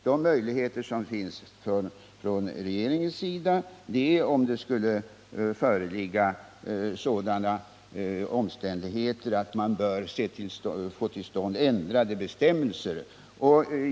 De möjligheter regeringen har är att få till stånd ändrade bestämmelser, om det skulle föreligga sådana omständigheter att detta krävs.